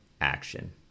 action